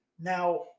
Now